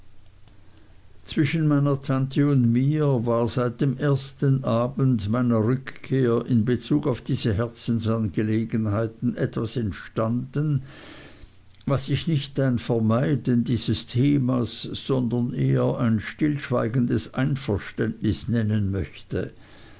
zwischen meiner tante und mir war seit dem ersten abend meiner rückkehr in bezug auf diese herzensangelegenheit etwas entstanden was ich nicht ein vermeiden dieses themas sondern eher ein stillschweigendes einverständnis nennen möchte